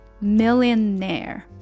millionaire